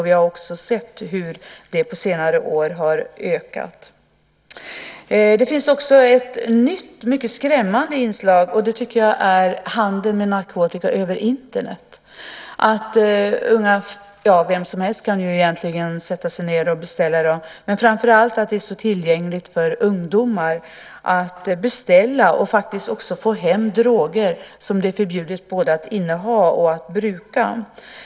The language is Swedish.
Vi har också sett hur det på senare år har ökat. Det finns också ett nytt, mycket skrämmande inslag. Det tycker jag är handeln med narkotika över Internet. Vemsomhelst kan egentligen sätta sig ned och beställa i dag, men framför allt är det skrämmande att det är så tillgängligt för ungdomar att beställa och faktiskt också få hem droger som det är förbjudet både att inneha och att bruka.